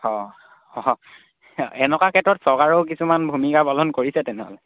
অঁ এনেকুৱা ক্ষেত্ৰত চৰকাৰেও কিছুমান ভূমিকা পালন কৰিছে তেনেহ'লে